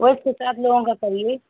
वही छः सात लोगों का चाहिए